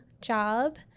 job